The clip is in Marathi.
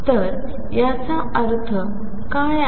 तर याचा अर्थ काय आहे